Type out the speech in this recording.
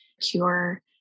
cure